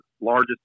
largest